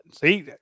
See